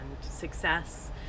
success